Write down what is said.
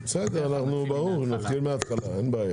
מה היה